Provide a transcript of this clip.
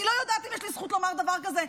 אני לא יודעת אם יש לי זכות לומר דבר כזה,